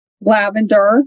lavender